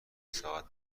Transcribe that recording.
ساعت